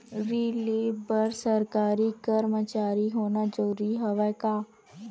ऋण ले बर सरकारी कर्मचारी होना जरूरी हवय का?